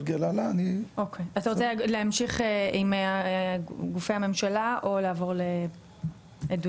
אתה רוצה להמשיך עם גופי הממשלה או לעבור לעדויות?